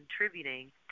contributing